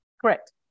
Correct